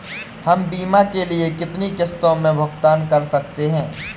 हम बीमा के लिए कितनी किश्तों में भुगतान कर सकते हैं?